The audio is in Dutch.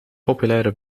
populaire